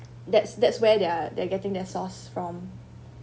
that's that's where they're they're getting their source from